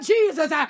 Jesus